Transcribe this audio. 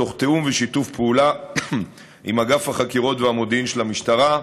בתיאום ובשיתוף פעולה עם אגף החקירות והמודיעין של המשטרה,